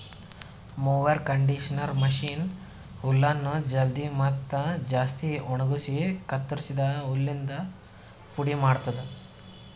mower conditioner machine ಹುಲ್ಲನ್ನು ಜಲ್ದಿ ಮತ್ತ ಜಾಸ್ತಿ ಒಣಗುಸಿ ಕತ್ತುರಸಿದ ಹುಲ್ಲಿಂದ ಪುಡಿ ಮಾಡ್ತುದ